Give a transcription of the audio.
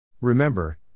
Remember